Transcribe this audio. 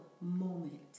moment